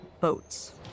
boats